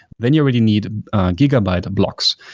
then you already need gigabyte of blocks,